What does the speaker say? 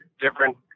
different